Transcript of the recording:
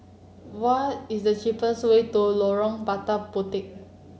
what is the cheapest way to Lorong Lada Puteh